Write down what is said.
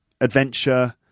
adventure